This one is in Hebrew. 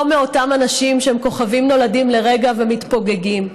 לא מאותם אנשים שהם כוכבים שנולדים לרגע ומתפוגגים.